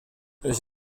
ich